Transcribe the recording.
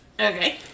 Okay